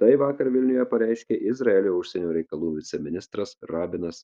tai vakar vilniuje pareiškė izraelio užsienio reikalų viceministras rabinas